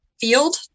field